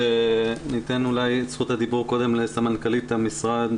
שניתן את זכות הדיבור קודם לסמנכ"לית המשרד,